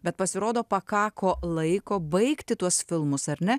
bet pasirodo pakako laiko baigti tuos filmus ar ne